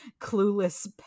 clueless